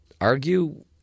argue